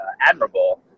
admirable